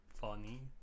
Funny